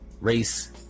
Race